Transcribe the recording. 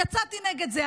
יצאתי נגד זה,